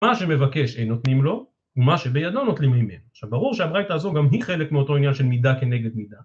מה שמבקש הם נותנים לו, ומה שבידו נוטלים ממנו. עכשיו ברור שהבריתא הזו גם היא חלק מאותו עניין של מידה כנגד מידה